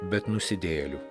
bet nusidėjėlių